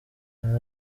hari